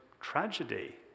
tragedy